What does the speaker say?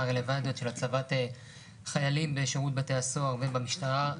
הרלוונטיות של הצבת חיילים בשירות בתי הסוהר ובמשטרה,